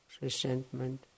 resentment